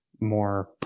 more